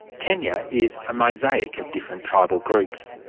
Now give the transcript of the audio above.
kenya is a mosaic of different tribal groups.